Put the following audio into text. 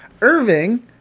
Irving